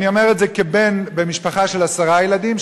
ואני אומר את זה כבן למשפחה של עשרה ילדים,